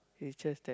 it's just that